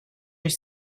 your